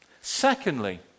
Secondly